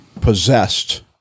possessed